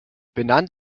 benannt